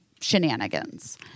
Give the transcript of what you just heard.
shenanigans